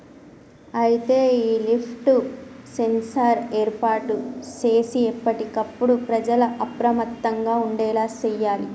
అయితే ఈ lift sensor ఏర్పాటు సేసి ఎప్పటికప్పుడు ప్రజల అప్రమత్తంగా ఉండేలా సేయాలి